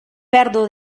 pèrdua